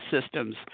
systems